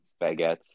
baguettes